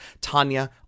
Tanya